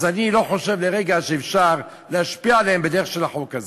אז אני לא חושב לרגע שאפשר להשפיע עליהם בדרך של החוק הזה.